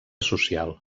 social